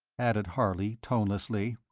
added harley, tonelessly.